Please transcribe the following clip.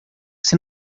você